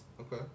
Okay